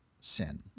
sin